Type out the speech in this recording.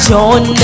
John